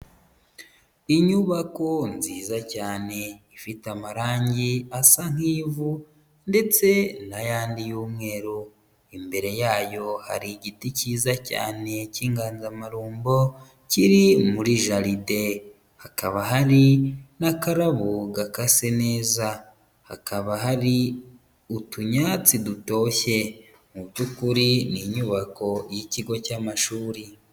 Inyubako nziza cyane, ifite amarangi asa nk'ivu, ndetse n'ayandi y'umweru. Imbere yayo hari igiti cyiza cyane cy'inganzamarumbo kiri muri jalide. Hakaba hari n'akararabo gakase neza, hakaba hari utunyatsi dutoshye. Mu by'ukuri ni inyubako y'ikigo cy'amashuri.